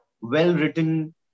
well-written